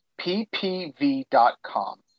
ppv.com